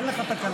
אין לך תקלה.